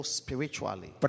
spiritually